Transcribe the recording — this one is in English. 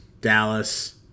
Dallas